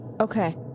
Okay